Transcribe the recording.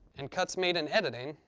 and cuts made in editing.